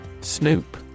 Snoop